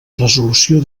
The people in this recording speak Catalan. resolució